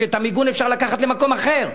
כי את המיגון אפשר לקחת למקום אחר,